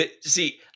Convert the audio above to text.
See